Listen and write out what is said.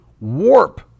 warp